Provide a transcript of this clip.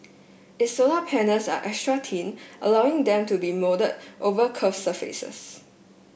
its solar panels are extra thin allowing them to be moulded over curved surfaces